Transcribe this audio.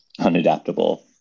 unadaptable